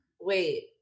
Wait